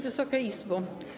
Wysoka Izbo!